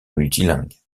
multilingue